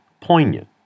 poignant